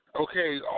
Okay